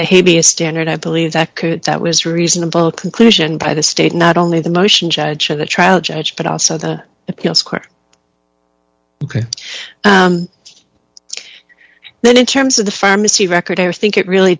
the hey be a standard i believe that could that was reasonable conclusion by the state not only the motion judge of the trial judge but also the appeals court then in terms of the pharmacy record or think it really